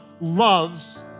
loves